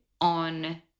on